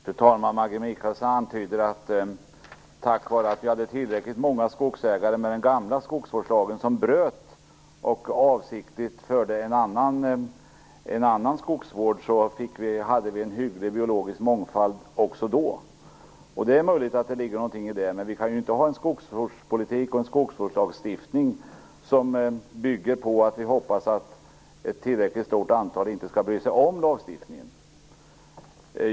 Fru talman! Maggi Mikaelsson antyder att tack vare att vi under den gamla skogsvårdslagen hade tillräckligt många skogsägare som avsiktligt bröt mot denna och utövade en annan skogsvård hade vi också då en hygglig biologisk mångfald. Det är möjligt att det ligger någonting i det, men vi kan inte ha en skogsvårdslagstiftning som bygger på att vi hoppas att ett tillräckligt stort antal inte skall bry sig om lagen.